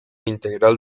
integral